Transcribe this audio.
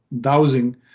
dowsing